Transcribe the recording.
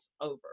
over